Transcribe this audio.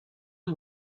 amb